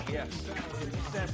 Yes